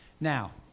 Now